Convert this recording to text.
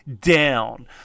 down